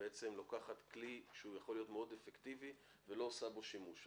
שבעצם לוקחת כלי שיכול להיות מאוד אפקטיבי אבל לא עושה בו שימוש.